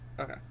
okay